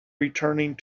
returning